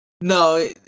No